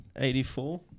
84